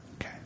Okay